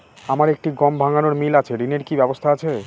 আমার একটি গম ভাঙানোর মিল আছে ঋণের কি ব্যবস্থা আছে?